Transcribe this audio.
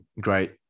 great